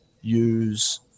use